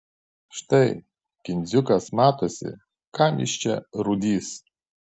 štai kindziukas matosi kam jis čia rūdys